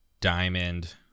diamond